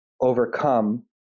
overcome